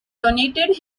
donated